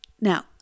Now